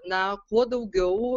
na kuo daugiau